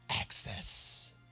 access